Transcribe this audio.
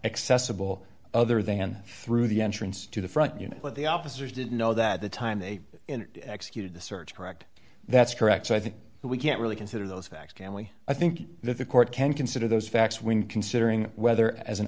accessible other than through the entrance to the front you know what the officers did know that the time they executed the search correct that's correct so i think that we can't really consider those facts gamli i think that the court can consider those facts when considering whether as an